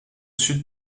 sud